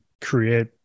create